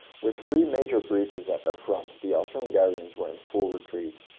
with three major breaches at their front, the austro-hungarians were in full retreat.